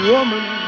Woman